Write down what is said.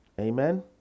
Amen